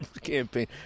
campaign